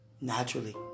naturally